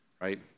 Right